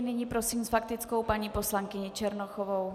Nyní prosím s faktickou paní poslankyni Černochovou.